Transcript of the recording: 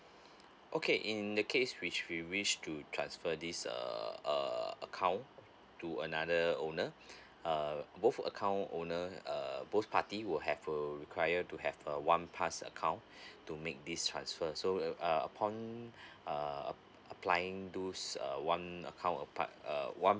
okay in that case which we wish to transfer this uh uh account to another owner uh both account owner uh both party will have will require to have a one pass account to make this transfer so uh upon um uh applying those uh one account apart uh one